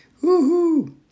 Woohoo